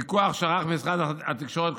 פיקוח שערך משרד התקשורת,